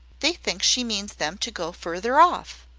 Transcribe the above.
they think she means them to go further off.